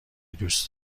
دوست